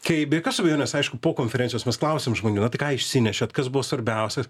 kai be jokios abejonės aišku po konferencijos mes klausiam žmonių nu tai ką išsinešėt kas buvo svarbiausias